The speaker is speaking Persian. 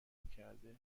میکرده